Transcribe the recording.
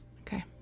Okay